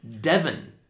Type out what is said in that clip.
Devon